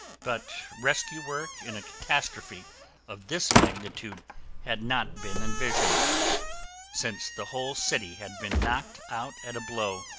but rescue work in a catastrophe of this magnitude had not been envisioned since the whole city had been knocked out at a blow,